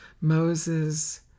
Moses